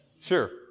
sure